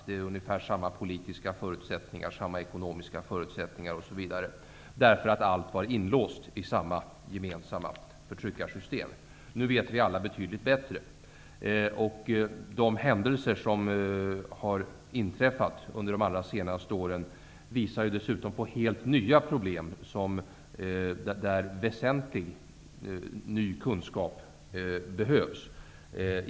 Det var ungefär samma politiska förutsättningar, samma ekonomiska förutsättningar, osv., eftersom allt var inlåst i samma förtryckarsystem. Nu vet vi alla betydligt bättre. De händelser som inträffat de allra senaste åren visar dessutom på helt nya problem där väsentlig ny kunskap behövs.